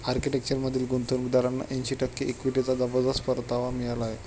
आर्किटेक्चरमधील गुंतवणूकदारांना ऐंशी टक्के इक्विटीचा जबरदस्त परतावा मिळाला आहे